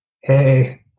Hey